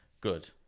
Good